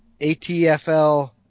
ATFL